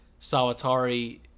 Sawatari